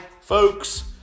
folks